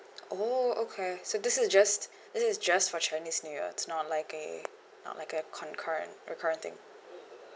oh okay so this is just this is just for chinese new year it's not like a not like a concurrent concurrent thing